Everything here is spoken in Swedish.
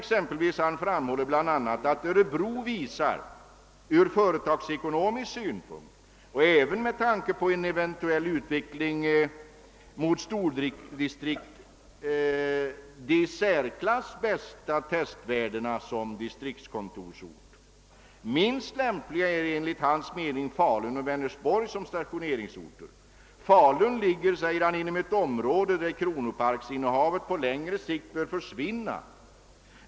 Överjägmästaren framhåller bl.a., att Örebro visar ur företagsekonomisk synpunkt och även med tanke på en eventuell utveckling mot stordistrikt de i särklass bästa testvärdena som distriktskontorsort. Minst lämpliga är enligt hans mening Falun och Vänersborg som stationeringsorter. Falun ligger, framhåller han, inom ett område där kronoparksinnehavet på längre sikt bör försvinna.